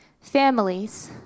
Families